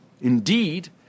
Indeed